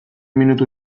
minutu